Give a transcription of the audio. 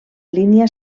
línia